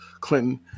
clinton